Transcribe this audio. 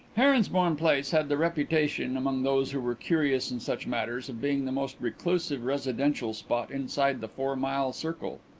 heronsbourne place had the reputation, among those who were curious in such matters, of being the most reclusive residential spot inside the four-mile circle.